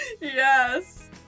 Yes